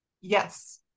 yes